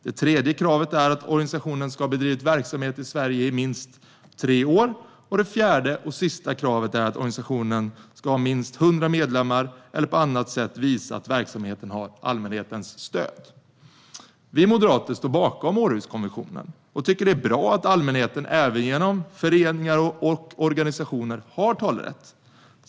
Det tredje kravet är att organisationen ska ha bedrivit verksamhet i Sverige i minst tre år, och det fjärde och sista kravet är att organisationen ska ha minst 100 medlemmar eller på annat sätt kunna visa att verksamheten har allmänhetens stöd. Vi moderater står bakom Århuskonventionen och tycker att det är bra att allmänheten har talerätt även genom föreningar och organisationer.